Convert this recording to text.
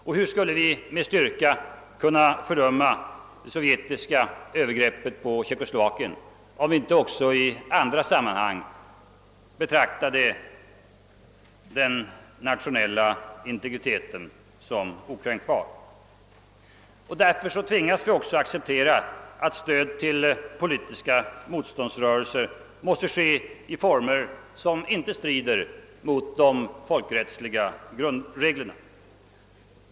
Och hur skulle vi med styrka kunna fördöma det sovjetiska övergreppet på Tjeckoslovakien om vi inte också i andra sammanhang betraktade den nationella integriteten som okränkbar? Därför tvingas vi acceptera att stöd till politiska motståndsrörelser inom andra länder måste ske i former som inte strider mot de folkrättsliga grundreglerna.